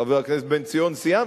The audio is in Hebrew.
חבר הכנסת בן-סימון,